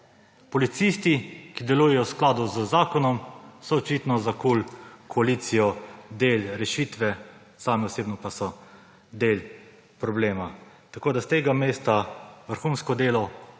Policisti, ki delujejo v skladu z zakonom, so očitno za KUL koalicijo del rešitve, zame osebno pa so del problema. S tega mesta vrhunsko delo